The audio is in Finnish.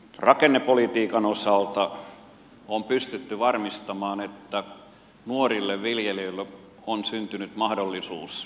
rakennepolitiikan osalta on pystytty varmistamaan että nuorille viljelijöille on syntynyt mahdollisuus